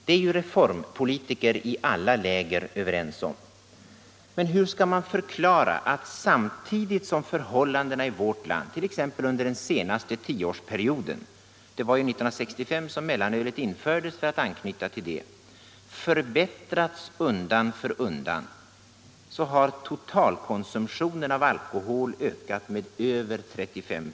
Det är ju reformpolitiker i alla läger överens om. Men hur skall man förklara att samtidigt som förhållandena i vårt land t.ex. under den senaste tioårsperioden — det var ju 1965 som mellanölet infördes för att anknyta till det — förbättrats undan för undan, har totalkonsumtionen av alkohol ökat med över 35 "..